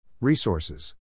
Resources